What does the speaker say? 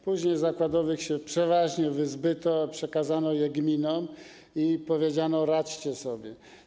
Później zakładowych się przeważnie wyzbyto, przekazano je gminom i powiedziano: radźcie sobie.